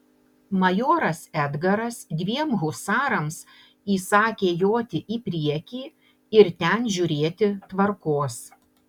majoras edgaras dviem husarams įsakė joti į priekį ir ten žiūrėti tvarkos